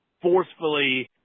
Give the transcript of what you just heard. forcefully